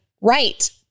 right